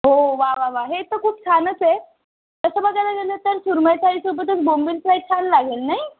हो वा वा वा हे तर खूप छानच आहे तसं बघायला गेलं तर सुरमई थाळीसोबतच बोंबील फ्राय छान लागेल नाही